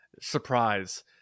surprise